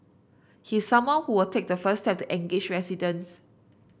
he is someone who will take the first step to engage residents